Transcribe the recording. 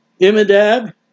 Imadab